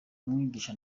umwigisha